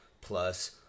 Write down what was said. plus